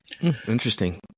Interesting